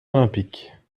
olympiques